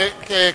תודה רבה.